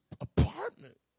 apartment